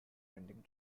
pending